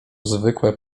zwykłe